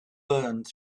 learned